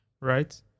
right